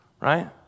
right